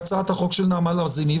בהצעת החוק של נעמה לזימי,